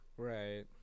Right